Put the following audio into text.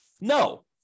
No